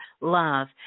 love